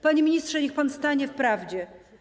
Panie ministrze, niech pan stanie w prawdzie.